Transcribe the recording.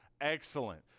excellent